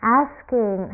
asking